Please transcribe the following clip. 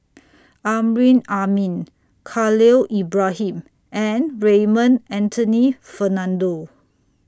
Amrin Amin Khalil Ibrahim and Raymond Anthony Fernando